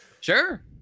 sure